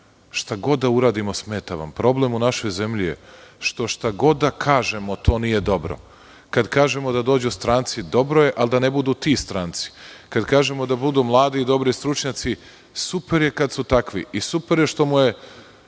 Šta god da uradimo smeta vam. Problem u našoj zemlji je što šta god da kažemo to nije dobro. Kada kažemo da dođu stranci, dobro je, ali da ne budu ti stranci. Kada kažemo da budu mladi i dobri stručnjaci, super je kad su takvi i super je što mu je